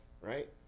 Right